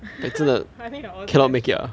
I think we're all trash